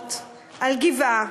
משפחות על גבעה,